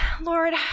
Lord